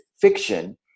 fiction